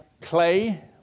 clay